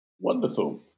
Wonderful